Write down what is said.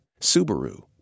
Subaru